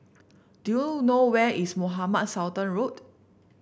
do you know where is Mohamed Sultan Road